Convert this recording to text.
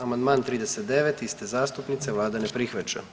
Amandman 39. iste zastupnice vlada ne prihvaća.